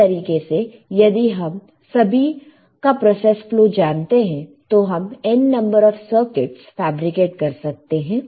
उसी तरीके से यदि हम सभी का प्रोसेस फ्लो जानते है तो हम N number of circuits fabricate कर सकते हैं